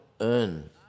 earn